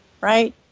right